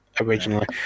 Originally